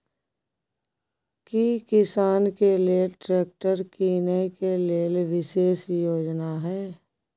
की किसान के लेल ट्रैक्टर कीनय के लेल विशेष योजना हय?